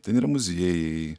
ten yra muziejai